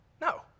No